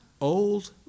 old